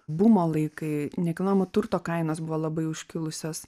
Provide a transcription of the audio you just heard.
bumo laikai nekilnojamo turto kainos buvo labai užkilusios